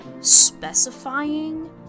specifying